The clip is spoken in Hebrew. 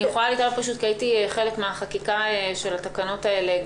אני יכולה להגיד לך כי הייתי חלק מהחקיקה של התקנות האלה.